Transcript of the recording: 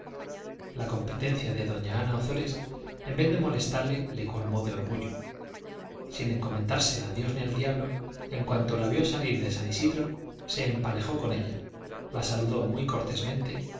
la competencia de doña ana ozores en vez de molestarle le colmó de orgullo sin encomendarse a dios ni al diablo en cuanto la vio salir de san isidro se emparejó con ella la saludó muy cortésmente